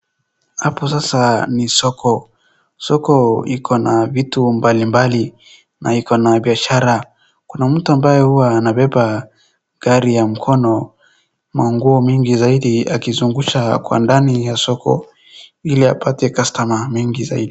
Hapo sasa soko iko na vitu mbalimbali na iko na biashara. Kuna mtu ambaye huwa anabeba gari ya mkono manguo mingi zaidi akizungusha kwa ndani ya soko iliapate customer mingi zaidi.